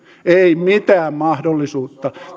ei mitään mahdollisuutta